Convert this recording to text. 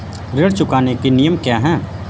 ऋण चुकाने के नियम क्या हैं?